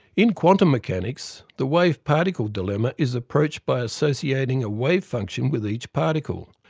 in quantum mechanics the wave-particle dilemma is approached by associating a wave function with each particle.